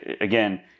again